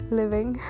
living